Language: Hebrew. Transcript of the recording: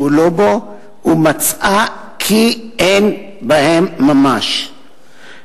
מצאה כי אין בהם ממש.